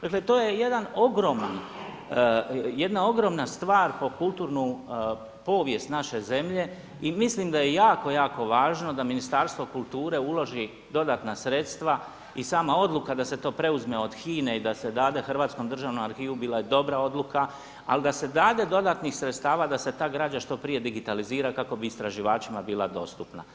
Dakle, to je jedna ogromna stvar p kulturnu povijest naše zemlje i mislim d aje jako jako važno da Ministarstvo kulture uloži dodatna sredstva i sama odluka da se to preuzme od HINA-e i da se dade Hrvatskom državnom arhivu, bila je dobra odluka, ali da se dade dodatnih sredstava, da se ta grđa što prije digitalizira, kao bi istraživačima bila dostupna.